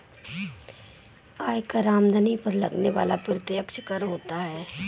आयकर आमदनी पर लगने वाला प्रत्यक्ष कर होता है